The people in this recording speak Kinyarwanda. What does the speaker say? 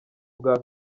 ubwa